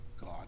God